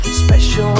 special